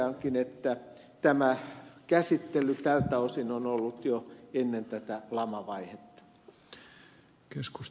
toteankin että käsittely tältä osin on ollut jo ennen tätä lamavaihetta